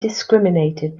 discriminated